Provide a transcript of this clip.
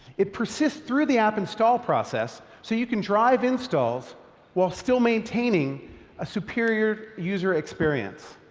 it persists through the app install process so you can drive installs while still maintaining a superior user experience.